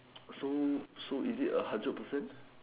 so so is it a hundred percent